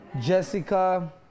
Jessica